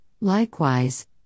likewise